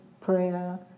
prayer